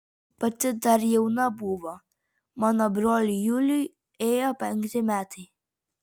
pati dar jauna buvo mano broliui juliui ėjo penkti metai